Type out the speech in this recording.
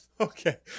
Okay